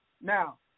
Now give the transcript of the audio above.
Now